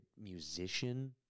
musician